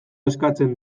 eskatzen